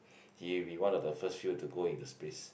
he will be one of the first few to go into space